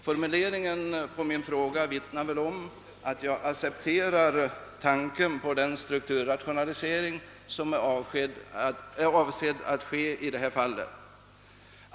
Formuleringen av min fråga vittnar väl om att jag accepterar tanken på den strukturrationalisering som är avsedd att ske i detta fall.